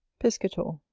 piscator.